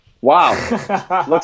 Wow